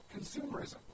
consumerism